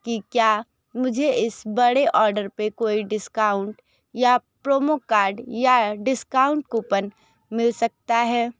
कि क्या मुझे इस बड़े ऑर्डर पर कोई डिस्काउंट या प्रोमो कार्ड या डिस्काउंट कूपन मिल सकता है